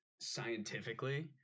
scientifically